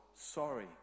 sorry